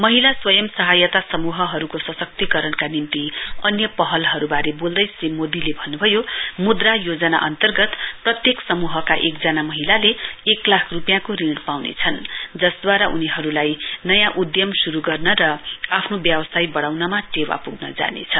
महिला स्वंय सहायता समूहरूको सशक्तीकरणका निम्ति अन्य पहलहरूबारे बैल्दै श्री मोदीले भन्नुभयो मुद्रा योजना अन्तर्गत प्रत्येक समूहका एकजना महिलाले एक लाख रूपियाँको ऋण पाउनेछन् जसद्वारा उनीहरूलाई नयाँ उद्यम शुरू गर्न र आफ्नो व्यावसाय बढ़ाउनमा टेवा पुग्न जानेछ